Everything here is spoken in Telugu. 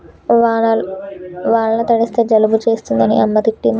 వానల తడిస్తే జలుబు చేస్తదని అమ్మ తిట్టింది